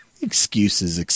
Excuses